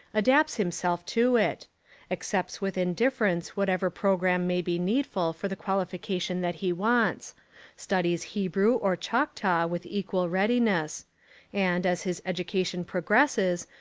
adapts himself to it accepts with indifference whatever pro gramme may be needful for the qualification that he wants studies hebrew or choctaw with equal readiness and, as his education pro gresses,